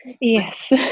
Yes